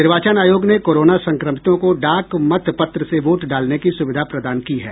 निर्वाचन आयोग ने कोरोना संक्रमितों को डाक मतपत्र से वोट डालने की सुविधा प्रदान की है